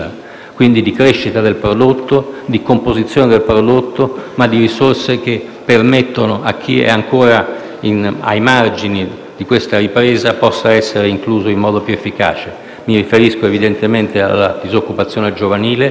quindi di crescita del prodotto, di composizione del prodotto, ma di risorse che permettono a chi è ancora ai margini della ripresa di essere incluso in modo più efficace. Mi riferisco evidentemente alla disoccupazione giovanile,